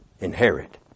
inherit